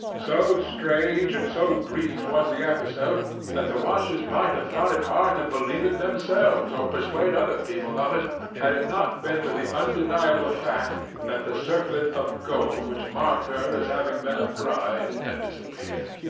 so strange and so brief was the episode the watchers might have found it hard to believe it themselves or persuade other people of it, had it not been for the undeniable fact that the circlet of gold which marked her as having been a bride had disappeared.